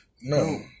No